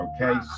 okay